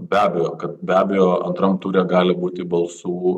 be abejo be abejo antram ture gali būti balsų